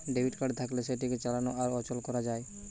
debit card থাকলে সেটাকে চালানো আর অচল করা যায়